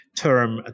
term